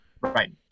Right